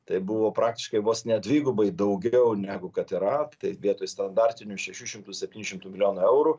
tai buvo praktiškai vos ne dvigubai daugiau negu kad yra tai vietoj standartinių šešių šimtų septynių šimtų milijonų eurų